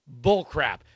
bullcrap